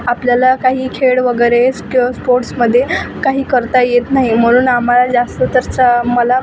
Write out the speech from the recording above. आपल्याला काही खेळ वगैरेच किंवा स्पोट्समध्ये काही करता येत नाही म्हणून आम्हाला जास्त तसं मला